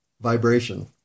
vibration